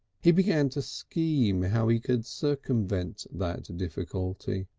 he began to scheme how he could circumvent that difficulty.